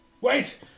Wait